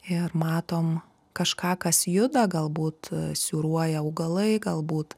ir matom kažką kas juda galbūt svyruoja augalai galbūt